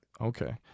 okay